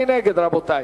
מי נגד, רבותי?